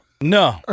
No